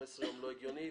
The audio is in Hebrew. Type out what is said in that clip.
15 ימים לא הגיוני,